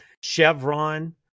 Chevron